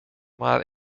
maar